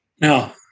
No